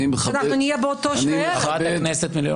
שאנחנו נהיה באותו --- חברת הכנסת מלינובסקי.